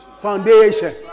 Foundation